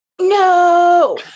No